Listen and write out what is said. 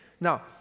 Now